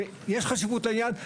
יש חשיבות לעניין.